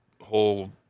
whole